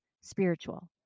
spiritual